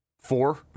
four